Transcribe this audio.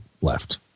left